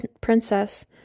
princess